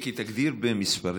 מיקי, תגדיר במספרים.